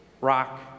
rock